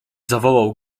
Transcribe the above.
zawołał